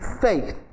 faith